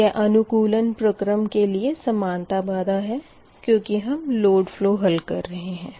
यह अनुकूलन प्रक्रम के लिए समानता बाधा है क्यूँकि हम लोड फ़लो हल कर रहे है